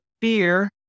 fear